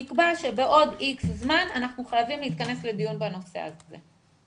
נקבע שבעוד איקס זמן אנחנו חייבים להתכנס לדיון בנושא הזה.